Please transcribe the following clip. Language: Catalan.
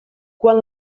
quan